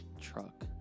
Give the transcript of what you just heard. truck